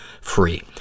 free